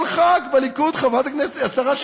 כל חבר כנסת בליכוד, חברת הכנסת, השרה שקד,